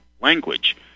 language